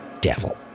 devil